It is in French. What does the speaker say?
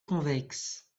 convexe